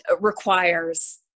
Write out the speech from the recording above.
requires